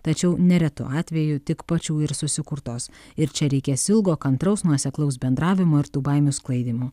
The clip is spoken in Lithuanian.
tačiau neretu atveju tik pačių ir susikurtos ir čia reikės ilgo kantraus nuoseklaus bendravimo ir tų baimių sklaidymo